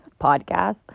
podcast